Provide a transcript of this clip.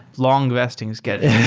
long-vesting schedules